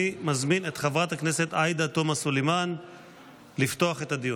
אני מזמין את חברת הכנסת עאידה תומא סלימאן לפתוח את הדיון.